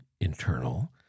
internal